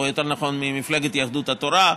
או יותר נכון ממפלגת יהדות התורה,